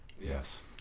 Yes